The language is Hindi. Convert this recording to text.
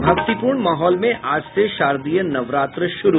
और भक्तिपूर्ण माहौल में आज से शारदीय नवरात्र शुरू